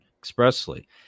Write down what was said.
expressly